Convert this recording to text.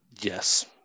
Yes